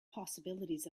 possibilities